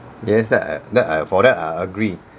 yes that I that I for that I agree